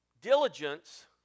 Diligence